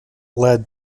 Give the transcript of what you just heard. led